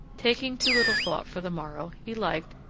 taking too little thought for the morrow, he liked,